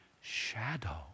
shadow